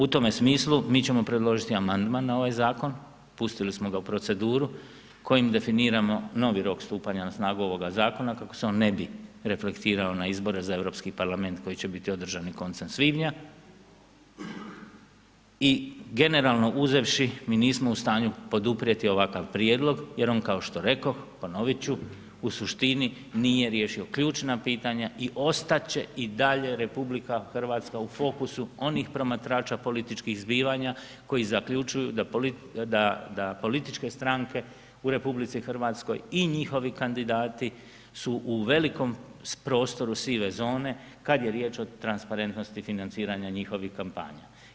U tome smislu, mi ćemo predložiti amandman na ovaj zakon, pustili smo ga u proceduru, kojim definiramo novi rok stupanja na snagu ovoga zakona, kako se on ne bi reflektirao na izbore za Europski parlament, koji će biti održan koncem svibnja i generalno uzevši, mi nismo u stanju poduprijeti ovakav prijedlog, jer on kao što rekoh, ponoviti ću, u suštini nije riješio ključna pitanja i ostati će i dalje RH u fokusu onih promatrača političkih zbivanja, koji zaključuju da političke stranke u RH i njihovi kandidati su u velikom prostoru sive zone, kada je riječ o transparentnosti financiranja njihovih kampanja.